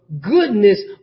goodness